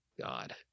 god